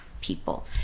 people